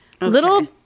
Little